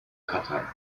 qatar